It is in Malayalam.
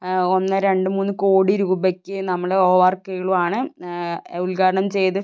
ഒന്ന് രണ്ട് മൂന്ന് കോടി രൂപയ്ക്ക് നമ്മളെ ഒ ആർ കേളു ആണ് ഉദ്ഘാടനം ചെയ്ത്